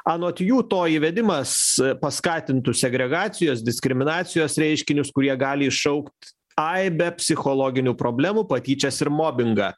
anot jų to įvedimas paskatintų segregacijos diskriminacijos reiškinius kurie gali iššaukt aibę psichologinių problemų patyčias ir mobingą